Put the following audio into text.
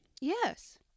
yes